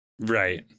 Right